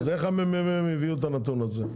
אז איך הממ"מ הביאו את הנתון הזה?